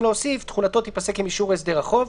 ותחולתו תיפסק עם אישור הסדר החוב,